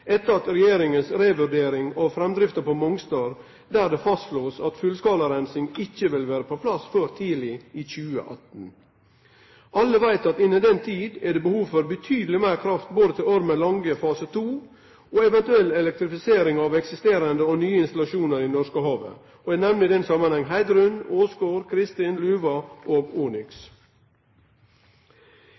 etter regjeringas revurdering av framdrifta på Mongstad, der det blir slått fast at fullskala reinsing ikkje vil vere på plass før tidleg i 2018. Alle veit at innan den tida er det behov for betydeleg meir kraft både til Ormen Lange fase 2 og eventuell elektrifisering av eksisterande og nye installasjonar i Norskehavet. Eg nemner i denne samanhengen Heidrun, Åsgard, Kristin, Luva og